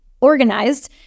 organized